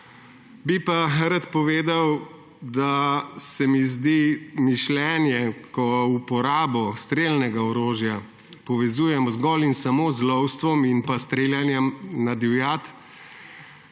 Bi pa rad povedal, da se mi zdi mišljenje, ko uporabo strelnega orožja povezujemo zgolj in samo z lovstvom in streljanjem na divjad,